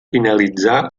finalitzar